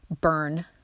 burn